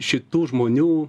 šitų žmonių